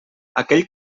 aquell